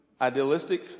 Idealistic